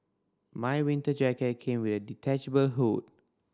my winter jacket came with the detachable hood